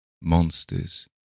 monsters